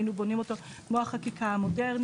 היינו בונים אותו כמו החקיקה המודרנית,